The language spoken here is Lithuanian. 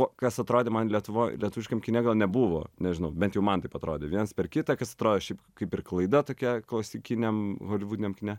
o kas atrodė man lietuvoj lietuviškame kine gal nebuvo nežinau bet jau man taip atrodė viens per kitą kas atrodė šiaip kaip ir klaida tokia klasikiniam holivudiniam kine